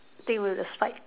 think will the spike